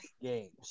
games